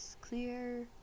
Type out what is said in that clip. clear